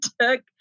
took